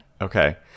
Okay